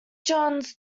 jones